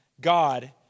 God